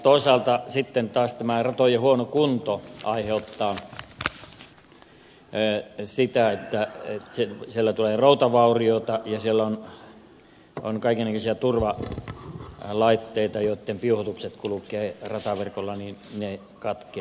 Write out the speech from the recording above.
toisaalta sitten taas tämä ratojen huono kunto aiheuttaa sitä että siellä tulee routavauriota ja siellä on kaikennäköisiä turvalaitteita joitten piuhoitukset kulkevat rataverkolla ja ne katkeilevat